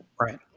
right